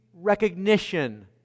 recognition